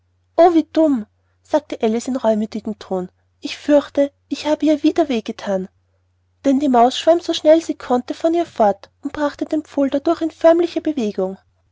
wie dumm sagte alice in reumüthigem tone ich fürchte ich habe ihr wieder weh gethan denn die maus schwamm so schnell sie konnte von ihr fort und brachte den pfuhl dadurch in förmliche bewegung